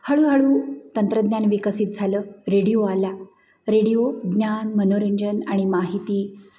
हळूहळू तंत्रज्ञान विकसित झालं रेडिओ आला रेडिओ ज्ञान मनोरंजन आणि माहिती